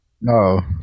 No